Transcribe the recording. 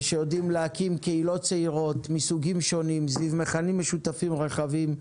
ושיודעים להקים קהילות צעירות מסוגים שונים סביב מכנים משותפים רחבים.